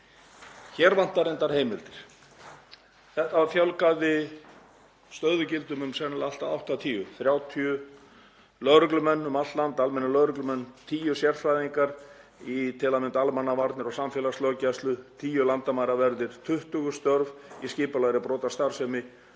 Hér vantar reyndar heimildir. Það fjölgaði stöðugildum um sennilega allt að 80; 30 lögreglumenn um allt land, almennir lögreglumenn, tíu sérfræðingar í til að mynda almannavarnir og samfélagslöggæslu, tíu landamæraverðir, 20 störf í skipulagðri brotastarfsemi